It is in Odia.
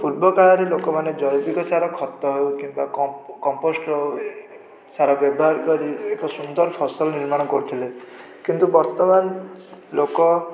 ପୂର୍ବକାଳରେ ଲୋକମାନେ ଜୈବିକ ସାର ଖତ ହେଉ କିମ୍ବା କମ୍ପୋ କମ୍ପୋଷ୍ଟ ହେଉ ସାର ବ୍ୟବହାର କରି ଏକ ସୁନ୍ଦର ଫସଲ ନିର୍ମାଣ କରୁଥିଲେ କିନ୍ତୁ ବର୍ତ୍ତମାନ ଲୋକ